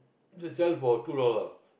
they sell for two dollar